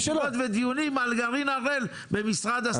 ישיבות ודיונים על גרעין הראל במשרד השרה.